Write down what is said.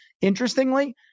interestingly